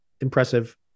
impressive